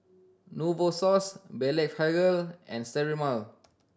Novosource Blephagel and Sterimar